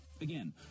Again